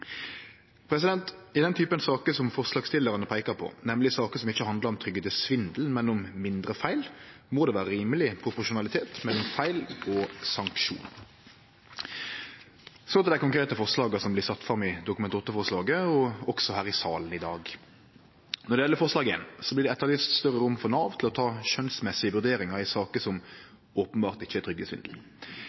forskjellsbehandling. I den typen saker som forslagsstillarane peikar på, nemleg saker som ikkje handlar om trygdesvindel, men om mindre feil, må det vere rimeleg proporsjonalitet mellom feil og sanksjonar. Så til dei konkrete forslaga som blir sette fram i Dokument 8-forslaget og også her i salen i dag. Når det gjeld forslag nr. 1, blir det etterlyst større rom for Nav til å ta skjønsmessige vurderingar i saker som openbert ikkje er